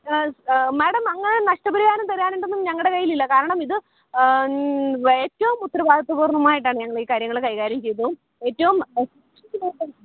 madam അങ്ങനെ നഷ്ട പരിഹാരം തരാനായിട്ടൊന്നും ഞങ്ങളുടെ കയ്യിലില്ല കാരണം ഇത് ഏറ്റവും ഉത്തരവാദിത്വ പൂർണ്ണമായിട്ടാണ് ഞങ്ങളീ കാര്യങ്ങൾ കൈകാര്യം ചെയ്തതതും ഏറ്റവും